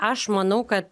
aš manau kad